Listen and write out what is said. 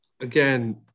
again